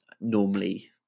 Normally